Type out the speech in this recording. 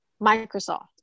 microsoft